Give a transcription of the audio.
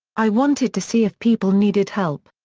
i wanted to see if people needed help.